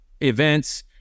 events